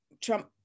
Trump